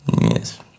Yes